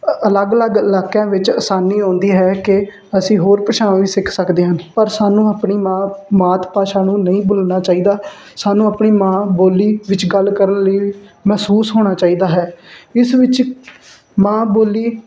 ਅਲੱਗ ਅਲੱਗ ਇਲਾਕਿਆਂ ਵਿੱਚ ਆਸਾਨੀ ਆਉਂਦੀ ਹੈ ਕਿ ਅਸੀਂ ਹੋਰ ਭਾਸ਼ਾਵਾਂ ਵੀ ਸਿੱਖ ਸਕਦੇ ਹਨ ਪਰ ਸਾਨੂੰ ਆਪਣੀ ਮਾਂ ਮਾਤ ਭਾਸ਼ਾ ਨੂੰ ਨਹੀਂ ਭੁੱਲਣਾ ਚਾਹੀਦਾ ਸਾਨੂੰ ਆਪਣੀ ਮਾਂ ਬੋਲੀ ਵਿੱਚ ਗੱਲ ਕਰਨ ਲਈ ਮਹਿਸੂਸ ਹੋਣਾ ਚਾਹੀਦਾ ਹੈ ਇਸ ਵਿੱਚ ਮਾਂ ਬੋਲੀ